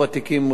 24 תיקים,